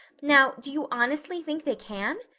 now, do you honestly think they can?